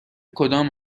کدام